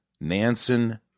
Nansen